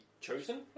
Chosen